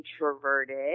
introverted